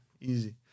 Easy